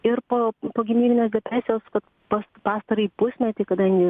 ir po pogimdyvinės depresijos kad pas pastarąjį pusmetį kadangi